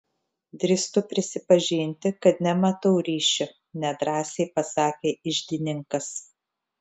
drįstu prisipažinti kad nematau ryšio nedrąsiai pasakė iždininkas